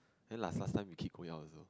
then like last time we keep going out also